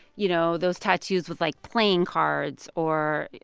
you know, those tattoos with, like, playing cards or,